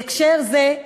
בהקשר זה,